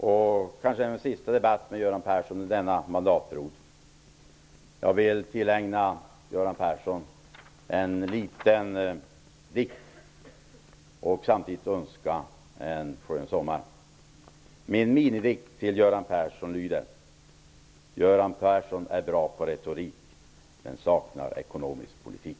Kanske är det den sista debatten med Göran Persson under denna mandatperiod. Jag vill därför tillägna Göran Persson en liten dikt, samtidigt som en skön sommar tillönskas. Min minidikt lyder: Göran Persson är bra på retorik, men saknar ekonomisk politik.